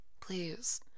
please